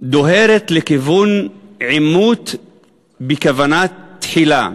דוהרת לכיוון עימות בכוונה תחילה,